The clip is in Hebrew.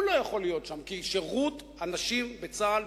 כי שירות הנשים בצה"ל,